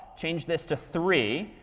change this to three.